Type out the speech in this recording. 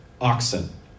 oxen